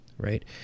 right